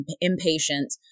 impatient